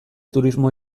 turismo